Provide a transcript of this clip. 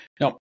Now